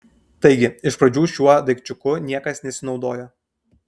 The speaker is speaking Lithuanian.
taigi iš pradžių šiuo daikčiuku niekas nesinaudojo